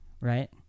right